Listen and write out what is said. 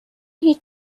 هیچ